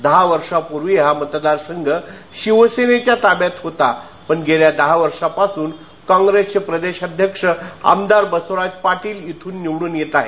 दहा वर्षापूर्वी हा मतदारसंघ शिवसेनेच्या ताब्यात होता पण गेल्या दहा वर्षांपासून कॉप्रेसचे प्रदेश कार्याध्यक्ष आमदार बस्वराज पाटील इथून निवडून येत आहेत